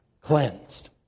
cleansed